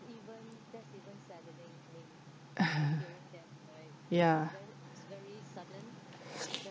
ya